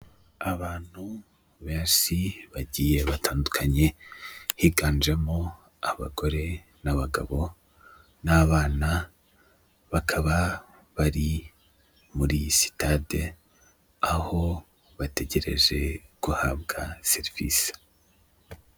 Abantu benshi bagiye batandukanye, higanjemo abagore, n'abagabo, n'abana, bakaba bari muri sitade, aho bategereje guhabwa serivisi.